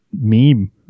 meme